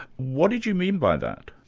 what did you mean by that?